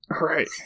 Right